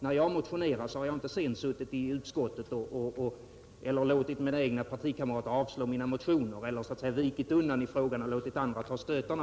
När jag motionerat har jag sedan inte suttit i utskottet utan att kämpa för mina förslag eller låtit mina egna partikamrater avslå mina motioner. Jag har heller inte vikit undan och låtit andra ta stötarna.